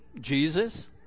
Jesus